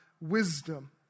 wisdom